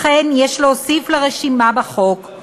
לכן יש להוסיף לרשימה בחוק,